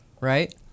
right